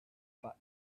but